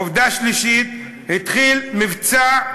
עובדה שלישית, התחיל מבצע,